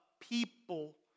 people